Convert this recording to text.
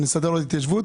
הם לא ייכנסו לשם?